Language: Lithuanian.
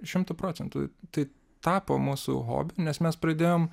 šimtu procentų tai tapo mūsų hobiu nes mes pradėjom